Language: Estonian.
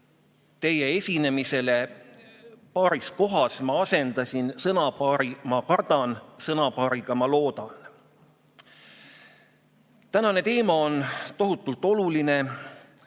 teie esinemisele paaris kohas ma asendasin sõnapaari "ma kardan" sõnapaariga "ma loodan".Tänane teema on tohutult oluline